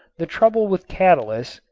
the trouble with catalysts,